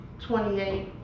28